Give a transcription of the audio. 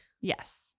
Yes